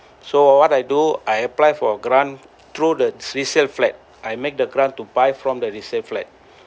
so what I do I apply for grant through the resale flat I make the grant to buy from the resale flat